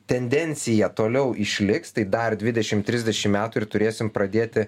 tendencija toliau išliks tai dar dvidešim trisdešim metų ir turėsim pradėti